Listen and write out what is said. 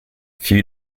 few